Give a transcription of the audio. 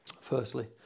Firstly